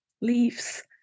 leaves